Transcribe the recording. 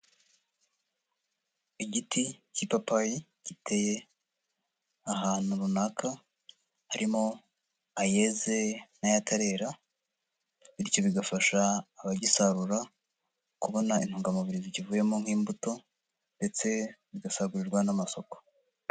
Igiti cy'ipapayi giteye ahantu runaka, harimo ayeze n'ayatarera; bityo bigafasha abagisarura kubona intungamubiri zikivuyemo nk'imbuto, ndetse bigasagurirwa n'amasoko.